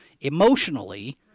emotionally